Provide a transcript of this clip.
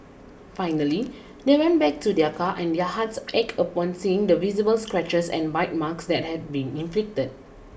finally they went back to their car and their hearts ached upon seeing the visible scratches and bite marks that had been inflicted